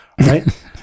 right